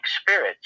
spirits